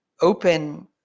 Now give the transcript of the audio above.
open